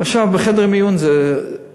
עכשיו הבעיה של חדר מיון היא בעיה,